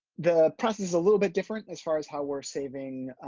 the process is a little bit different as far as how we're saving